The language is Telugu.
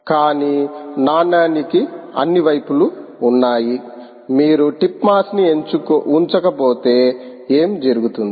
కానీ నాణానికి అన్ని వైపులు ఉన్నాయి మీరు టిప్ మాస్ ని ఉంచకపోతే ఏమి జరుగుతుంది